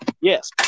Yes